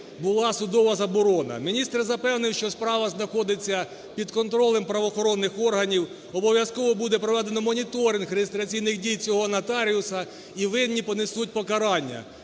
була судова заборона? Міністр запевнив, що справа знаходиться під контролем правоохоронних органів, обов'язково буде проведено моніторинг реєстраційних дій цього нотаріуса і винні понесуть покарання.